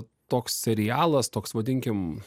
toks serialas toks vadinkim